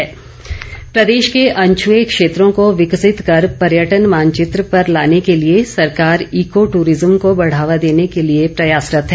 one मंत्री प्रदेश के अनछुए क्षेत्रों को विकसित कर पर्यटन मानचित्र पर लाने के लिए सरकार इको दूरिज़्म को बढ़ावा देने के लिए प्रयासरत है